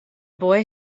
boy